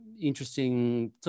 Interesting